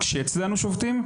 וכשאצלנו שובתים,